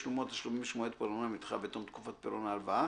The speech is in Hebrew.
ישולמו התשלומים שמועד פירעונם נדחה בתום תקופת פירעון ההלוואה